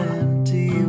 empty